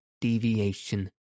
deviation